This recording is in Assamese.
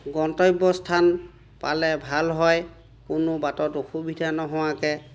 গন্তব্যস্থান পালে ভাল হয় কোনো বাটত অসুবিধা নোহোৱাকৈ